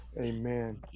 Amen